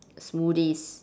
smoothie